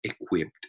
equipped